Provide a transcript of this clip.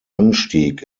anstieg